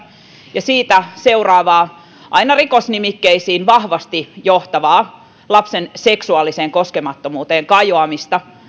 ja siitä seuraavaa aina rikosnimikkeisiin vahvasti johtavaa lapsen seksuaaliseen koskemattomuuteen kajoamista